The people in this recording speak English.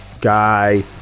guy